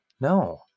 No